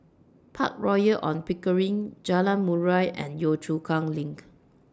Park Royal on Pickering Jalan Murai and Yio Chu Kang LINK